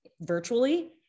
virtually